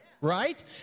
right